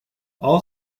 all